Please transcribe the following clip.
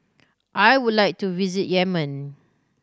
I would like to visit Yemen